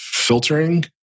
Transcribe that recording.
Filtering